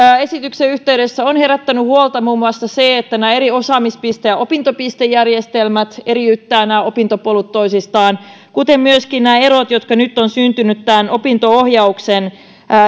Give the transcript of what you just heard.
esityksen yhteydessä on herättänyt huolta muun muassa se että nämä eri osaamispiste ja opintopistejärjestelmät eriyttävät nämä opintopolut toisistaan kuten myöskin nämä erot jotka nyt ovat syntyneet tämän opinto ohjauksen